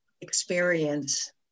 experience